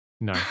No